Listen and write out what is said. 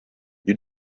you